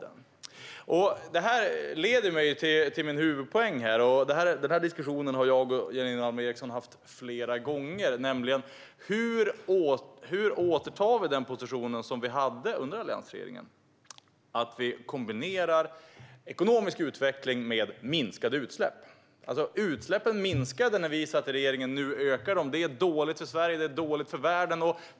Detta leder mig till min huvudpoäng - den här diskussionen har jag och Janine Alm Ericson haft flera gånger - nämligen hur vi återtar den position som vi hade under alliansregeringen, att vi kombinerar ekonomisk utveckling med minskade utsläpp. Utsläppen minskade när vi satt i regeringen, nu ökar de. Det är dåligt för Sverige och dåligt för världen.